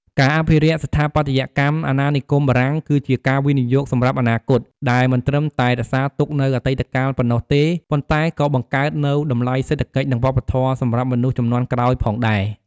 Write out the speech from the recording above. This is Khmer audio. ការអភិរក្សស្ថាបត្យកម្មអាណានិគមបារាំង គឺជាការវិនិយោគសម្រាប់អនាគត ដែលមិនត្រឹមតែរក្សាទុកនូវអតីតកាលប៉ុណ្ណោះទេ ប៉ុន្តែក៏បង្កើតនូវតម្លៃសេដ្ឋកិច្ច និងវប្បធម៌សម្រាប់មនុស្សជំនាន់ក្រោយផងដែរ។